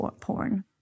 porn